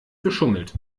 geschummelt